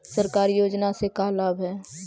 सरकारी योजना से का लाभ है?